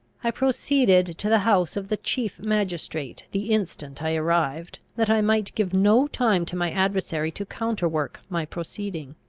i proceeded to the house of the chief magistrate the instant i arrived, that i might give no time to my adversary to counterwork my proceeding.